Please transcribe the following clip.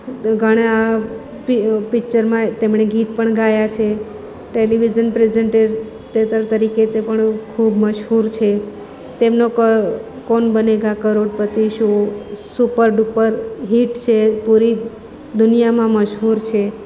તો ઘણા પિક્ચરમાં એ તેમણે ગીત પણ ગાયા છે ટેલિવિઝન પ્રેઝન ટેટર તરીકે તે પણ ખૂબ મશહૂર છે તેમનો Kaun Banega Crorepati show super duper hit છે પૂરી દુનિયામાં મશહૂર છે